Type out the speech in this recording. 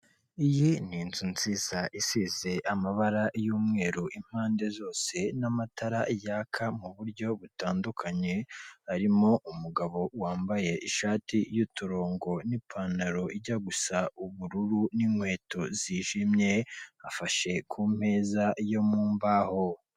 Iyi ni inzu nziza isize amabara y'umweru impande zose n'amatara yaka mu buryo butandukanye, harimo umugabo wambaye ishati y'uturongo n'ipantaro ijya gusa ubururu n'inkweto zijimye afashe ku meza yo mu mbaho.